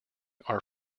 are